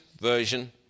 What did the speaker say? Version